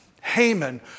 Haman